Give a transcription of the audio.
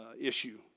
issue